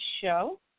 show